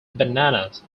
bananas